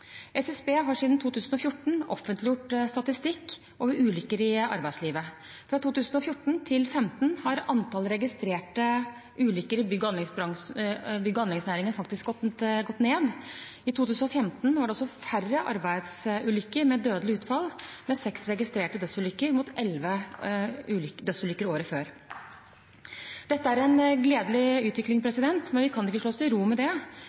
SSB har siden 2014 offentliggjort statistikk over ulykker i arbeidslivet. Fra 2014 til 2015 har antallet registrerte ulykker i bygge- og anleggsnæringen faktisk gått ned. I 2015 var det også færre arbeidsulykker med dødelig utfall, med seks registrerte dødsulykker mot elleve dødsulykker året før. Dette er en gledelig utvikling, men vi kan ikke slå oss til ro med det.